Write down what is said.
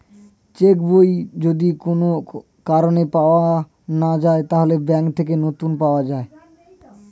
check বই যদি কোন কারণে পাওয়া না যায়, তাহলে ব্যাংক থেকে নতুন পাওয়া যায়